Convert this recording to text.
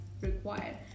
required